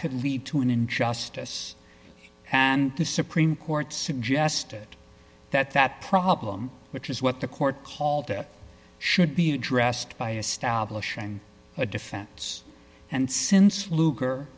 could lead to an injustice and the supreme court suggested that that problem which is what the court called it should be addressed by establishing a defense and since lug